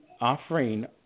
offering